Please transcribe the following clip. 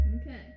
Okay